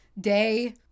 day